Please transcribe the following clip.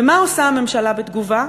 ומה עושה הממשלה בתגובה?